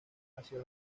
hacia